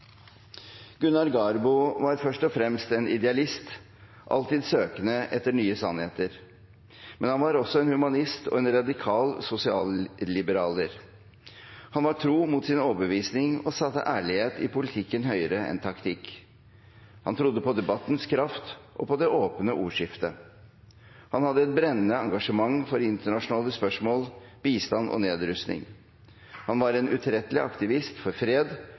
Gunnar Garbo var først og fremst en idealist, alltid søkende etter nye sannheter. Men han var også en humanist og en radikal sosialliberaler. Han var tro mot sin overbevisning og satte ærlighet i politikken høyere enn taktikk. Han trodde på debattens kraft og på det åpne ordskiftet. Han hadde et brennende engasjement for internasjonale spørsmål, bistand og nedrustning. Han var en utrettelig aktivist for fred,